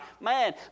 man